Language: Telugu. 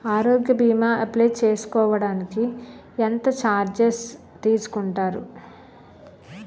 ఆరోగ్య భీమా అప్లయ్ చేసుకోడానికి ఎంత చార్జెస్ తీసుకుంటారు?